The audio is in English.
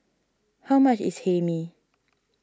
how much is Hae Mee